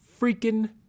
freaking